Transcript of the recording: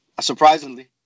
surprisingly